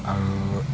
আৰু